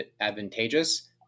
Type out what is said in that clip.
advantageous